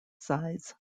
size